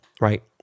right